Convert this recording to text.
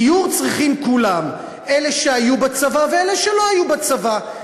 דיור צריכים כולם: אלה שהיו בצבא ואלא שלא היו בצבא,